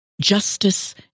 Justice